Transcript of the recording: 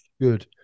Good